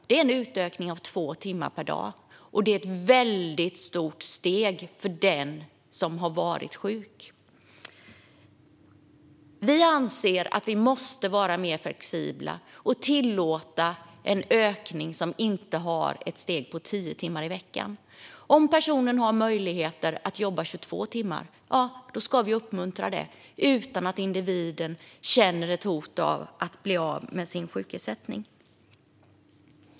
Det är en utökning med 2 timmar per dag, och det är ett väldigt stort steg för den som har varit sjuk. Vi anser att vi måste vara flexibla och tillåta en ökning som inte har ett steg på 10 timmar i veckan. Om personen har möjlighet att jobba 22 timmar ska vi uppmuntra det utan att individen känner ett hot om att bli av med sin sjukersättning.